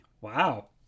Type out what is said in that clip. Wow